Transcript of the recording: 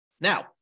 Now